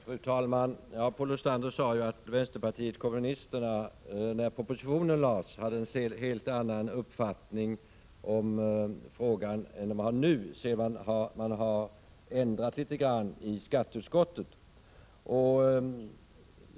Fru talman! Paul Lestander sade att vänsterpartiet kommunisterna när propositionen framlades hade en helt annan uppfattning i frågan än vad man har nu sedan läget har ändrats litet grand i skatteutskottet.